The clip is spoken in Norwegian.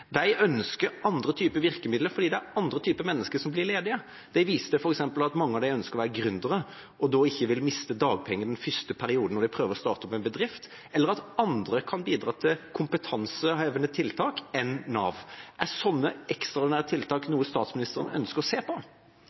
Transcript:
De ønsker andre typer virkemidler, fordi det er andre typer mennesker som blir ledige. De viste f.eks. at mange av dem ønsker å være gründere og da ikke ønsker å miste dagpenger den første perioden når de prøver å starte opp en bedrift, eller at andre enn Nav kan bidra til kompetansehevende tiltak. Er slike ekstraordinære tiltak noe statsministeren ønsker å se på?